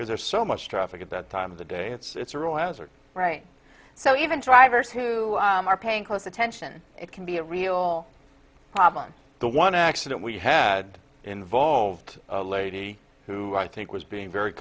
because there's so much traffic at that time of the day it's a real hazard right so even drivers who are paying close attention it can be a real problem the one accident we had involved a lady who i think was being very